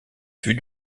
vue